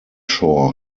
shore